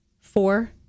Four